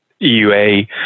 EUA